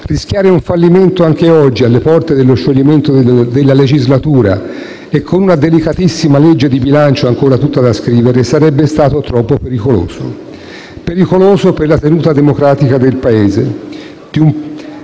rischiare un fallimento anche oggi, alle porte dello scioglimento della legislatura e con una delicatissima legge di bilancio ancora tutta da scrivere, sarebbe stato troppo pericoloso. Pericoloso per la tenuta democratica di un Paese